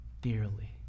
dearly